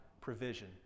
provision